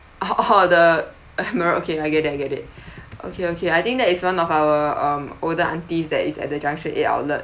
oh oh the more okay I get it I get it okay okay I think that is one of our um older aunties that is at the junction eight outlets